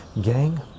gang